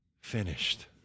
finished